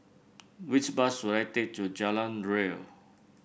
which bus should I take to Jalan Ria